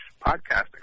podcasting